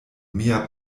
mia